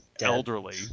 elderly